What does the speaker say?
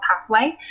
pathway